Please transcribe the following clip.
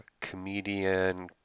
comedian